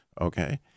okay